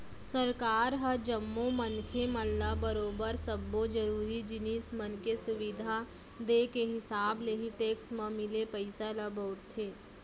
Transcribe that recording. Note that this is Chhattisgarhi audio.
सरकार ह जम्मो मनसे मन ल बरोबर सब्बो जरुरी जिनिस मन के सुबिधा देय के हिसाब ले ही टेक्स म मिले पइसा ल बउरथे